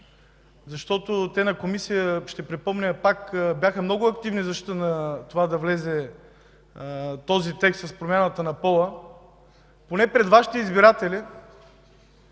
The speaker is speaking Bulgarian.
защото в Комисията, пак ще припомня, бяха много активни в защита на това да влезе текстът с промяната на пола, поне пред Вашите избиратели